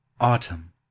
AUTUMN